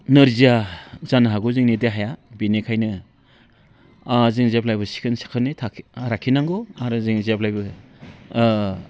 नोरजिया जानो हागौ जोंनि देहाया बेनिखायनो जों जेब्लाबो सिखोन साखोनै लाखिनांगौ आरो जों जेब्लायबो